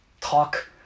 talk